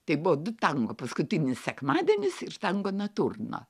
tai buvo du tango paskutinis sekmadienis ir tango naturno